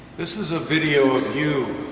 this is a video of you,